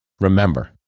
remember